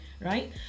right